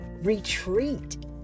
retreat